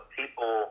people